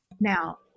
Now